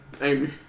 Amy